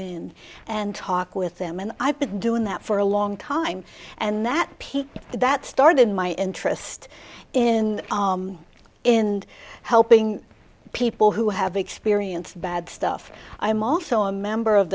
in and talk with them and i've been doing that for a long time and that piece that started my interest in in helping people who have experienced bad stuff i am also a member of